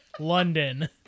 London